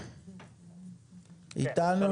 בבקשה.